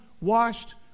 washed